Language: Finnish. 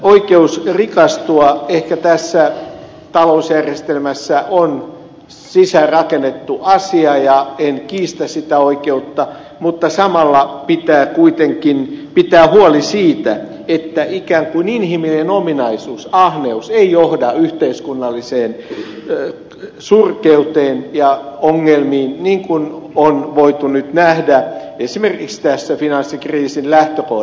oikeus rikastua ehkä tässä talousjärjestelmässä on sisäänrakennettu asia ja en kiistä sitä oikeutta mutta samalla pitää kuitenkin pitää huoli siitä että ikään kuin inhimillinen ominaisuus ahneus ei johda yhteiskunnalliseen surkeuteen ja ongelmiin niin kuin on voitu nyt nähdä esimerkiksi tässä finanssikriisin lähtökohdassa